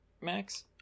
Max